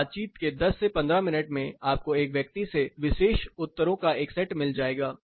इस बातचीत के 10 से 15 मिनट में आपको एक व्यक्ति से विशेष उत्तरों का एक सेट मिल जाएगा